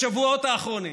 בשבועות האחרונים